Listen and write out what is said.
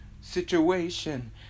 situation